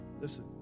Listen